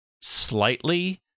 slightly